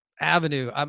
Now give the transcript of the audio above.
avenue